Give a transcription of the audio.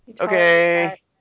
Okay